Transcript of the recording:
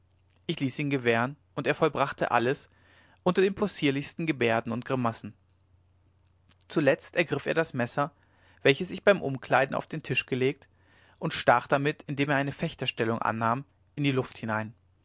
ich ließ ihn gewähren und er vollbrachte alles unter den possierlichsten gebärden und grimassen zuletzt ergriff er das messer welches ich beim umkleiden auf den tisch gelegt und stach damit indem er eine fechterstellung annahm in die luft hinein